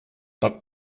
but